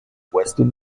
weston